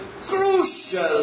crucial